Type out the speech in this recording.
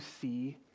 see